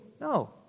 No